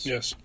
Yes